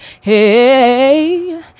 hey